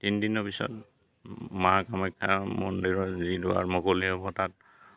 তিনিদিনৰ পিছত মা কামাখ্যা মন্দিৰৰ যি দুৱাৰ মুকলি হ'ব তাত